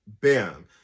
bam